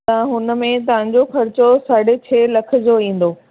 त हुन में तव्हांजो ख़र्चो साढ़े छह लख जो ईंदो